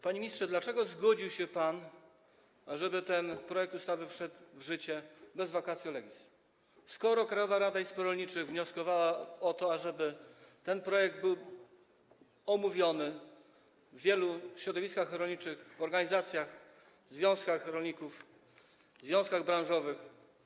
Panie ministrze, dlaczego zgodził się pan, żeby ten projekt ustawy wszedł w życie bez vacatio legis, skoro Krajowa Rada Izb Rolniczych wnioskowała o to, ażeby ten projekt był omówiony w wielu środowiskach rolniczych, w organizacjach, w związkach rolników, w związkach branżowych?